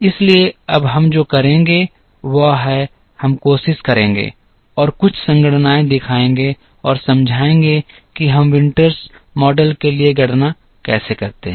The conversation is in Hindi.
इसलिए अब हम जो करेंगे वह है हम कोशिश करेंगे और कुछ संगणनाएँ दिखाएंगे और समझाएं कि हम विंटर्स मॉडल के लिए गणना कैसे करते हैं